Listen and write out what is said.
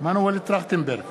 מנואל טרכטנברג,